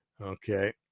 Okay